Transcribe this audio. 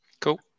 cool